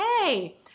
hey